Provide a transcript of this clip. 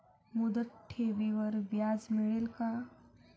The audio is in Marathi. मुदत ठेवीवर व्याज मिळेल का?